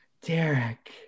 Derek